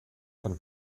von